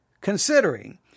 considering